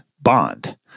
bond